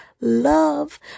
love